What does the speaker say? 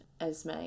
Esme